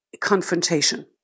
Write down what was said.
confrontation